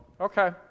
okay